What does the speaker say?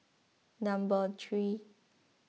number three